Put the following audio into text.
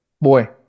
Boy